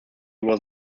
was